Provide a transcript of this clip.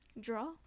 Draw